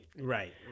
Right